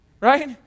Right